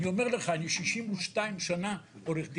אני אומר לך, אני 62 שנה עורך דין.